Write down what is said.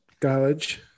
College